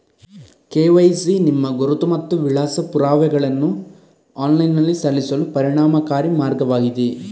KYC ನಿಮ್ಮ ಗುರುತು ಮತ್ತು ವಿಳಾಸ ಪುರಾವೆಗಳನ್ನು ಆನ್ಲೈನಿನಲ್ಲಿ ಸಲ್ಲಿಸಲು ಪರಿಣಾಮಕಾರಿ ಮಾರ್ಗವಾಗಿದೆ